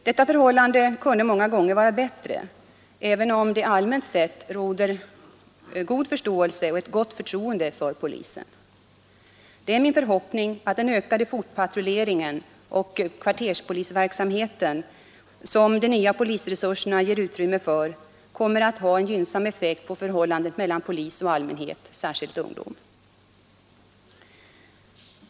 Detta förhållande kunde många gånger vara bättre, även om det allmänt sett råder god förståelse och gott förtroende för polisen. Det är min förhoppning att den ökade fotpatrulleringen och kvarterspolisverksamheten, som de nya polisresurserna ger utrymme för, kommer att ha en gynnsam effekt på förhållandet mellan polis och allmänhet, särskilt ungdom.